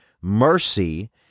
mercy